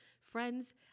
Friends